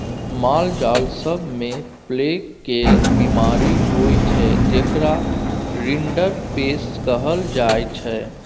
मालजाल सब मे प्लेग केर बीमारी होइ छै जेकरा रिंडरपेस्ट कहल जाइ छै